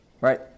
right